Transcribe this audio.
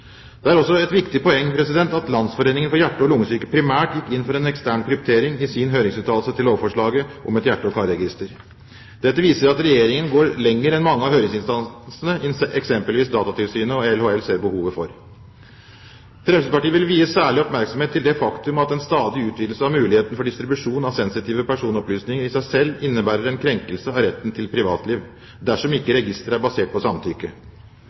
Det er også et viktig poeng at Landsforeningen for hjerte- og lungesyke primært gikk inn for en ekstern kryptering i sin høringsuttalelse til lovforslaget om et hjerte- og karregister. Dette viser at Regjeringen går lenger enn mange av høringsinstansene, eksempelvis det som Datatilsynet og LHL ser behovet for. Fremskrittspartiet vil vie særlig oppmerksomhet til det faktum at en stadig utvidelse av muligheten for distribusjon av sensitive personopplysninger i seg selv innebærer en krenkelse av retten til privatliv dersom registeret ikke er basert på samtykke.